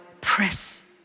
press